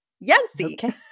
Yancy